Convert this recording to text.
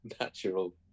natural